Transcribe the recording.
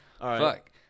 Fuck